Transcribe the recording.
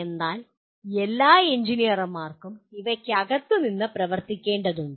അതിനാൽ എല്ലാ എഞ്ചിനീയർമാർക്കും അവയ്ക്കകത്ത് നിന്ന് പ്രവർത്തിക്കേണ്ടതുണ്ട്